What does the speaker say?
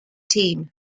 team